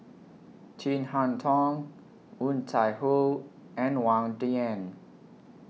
Chin Harn Tong Woon Tai Ho and Wang Dayuan